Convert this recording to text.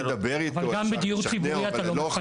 אבל גם בדיור ציבורי אתה לא מפנה.